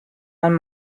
man